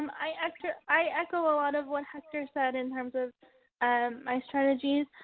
i echo i echo a lot of what hector said in terms of and my strategies.